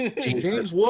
James